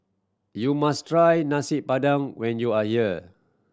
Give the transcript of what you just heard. you must try Nasi Padang when you are here